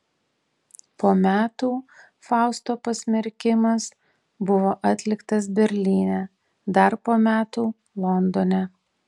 po metų fausto pasmerkimas buvo atliktas berlyne dar po metų londone